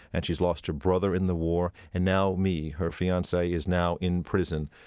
and she's lost her brother in the war, and now me, her fiance, is now in prison.